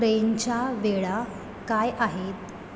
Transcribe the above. ट्रेनच्या वेळा काय आहेत